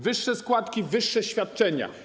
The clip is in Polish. Wyższe składki, wyższe świadczenia.